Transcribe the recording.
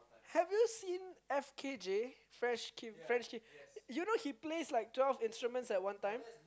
have you seen F_K_J French Kiwi French Kiwi like you know he plays like twelve instruments at one time